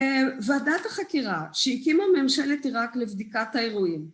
ועדת החקירה שהקימה ממשלת עיראק לבדיקת האירועים